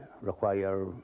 require